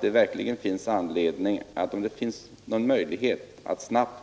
Det finns därför all anledning att försöka